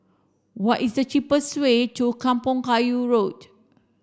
what is the cheapest way to Kampong Kayu Road